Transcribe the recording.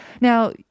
Now